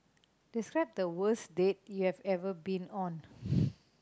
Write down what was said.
describe the worst date you have ever been on